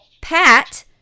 Pat